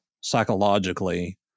psychologically